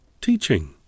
teaching